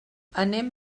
anem